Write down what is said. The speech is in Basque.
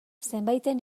zenbaiten